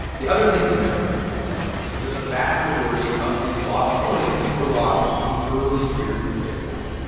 the other thing to note, kim says, is that the vast majority of these lost coins were lost in the early years of bitcoin,